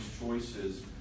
choices